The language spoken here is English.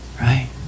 Right